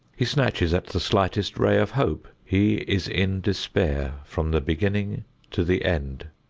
he snatches at the slightest ray of hope. he is in despair from the beginning to the end.